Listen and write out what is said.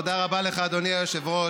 תודה רבה לך, אדוני היושב-ראש.